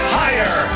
higher